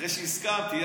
אחרי שהסכמתי,